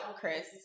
Chris